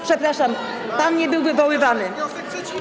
Przepraszam, pan nie był wywoływany.